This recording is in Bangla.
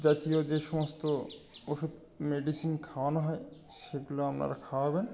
জাতীয় যে সমস্ত ওষুধ মেডিসিন খাওয়ানো হয় সেগুলো আপনারা খাওয়াবেন